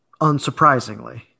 unsurprisingly